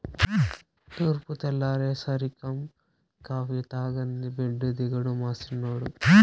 తూర్పు తెల్లారేసరికం కాఫీ తాగందే బెడ్డు దిగడు మా సిన్నోడు